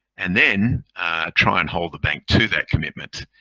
and then try and hold the bank to that commitment.